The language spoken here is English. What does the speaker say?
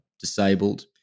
disabled